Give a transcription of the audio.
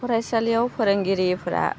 फरायसालियाव फोरोंगिरिफोरा